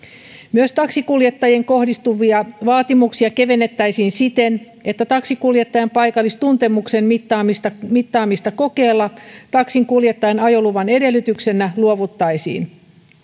myös taksinkuljettajiin kohdistuvia vaatimuksia kevennettäisiin siten että taksinkuljettajan paikallistuntemuksen mittaamisesta mittaamisesta kokeella taksinkuljettajan ajoluvan edellytyksenä luovuttaisiin